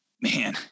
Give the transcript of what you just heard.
man